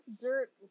dirt